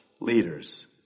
leaders